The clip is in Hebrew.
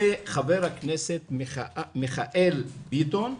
זה חבר הכנסת מיכאל ביטון,